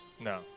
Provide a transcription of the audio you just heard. No